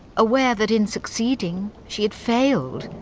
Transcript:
aware that in succeeding she had failed.